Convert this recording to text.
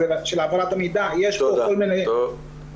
העברת המידע יש בו כל מיני --- תודה.